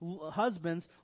Husbands